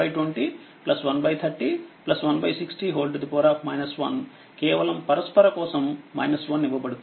120 130 160 1 కేవలం పరస్పరకోసం 1 ఇవ్వబడుతుంది